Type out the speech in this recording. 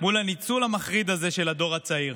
מול הניצול המחריד הזה של הדור הצעיר.